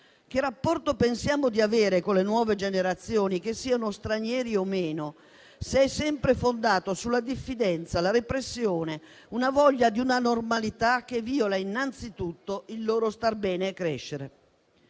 Che rapporto pensiamo di avere con le nuove generazioni, che siano stranieri o meno, se è sempre fondato sulla diffidenza, la repressione, una voglia di una normalità che viola innanzitutto il loro star bene e crescere?